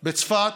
בצפת,